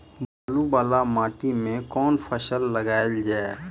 बालू वला माटि मे केँ फसल लगाएल जाए?